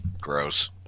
Gross